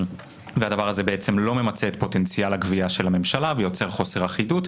הדבר הזה בעצם לא ממצה את פוטנציאל הגבייה של הממשלה ויוצר חוסר אחידות,